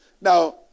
Now